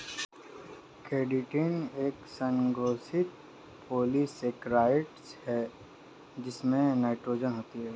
chitin एक संशोधित polysaccharide है जिसमें नाइट्रोजन होता है